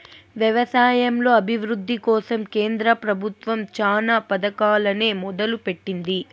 వ్యవసాయంలో అభివృద్ది కోసం కేంద్ర ప్రభుత్వం చానా పథకాలనే మొదలు పెట్టింది